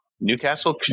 Newcastle